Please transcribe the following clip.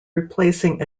replacing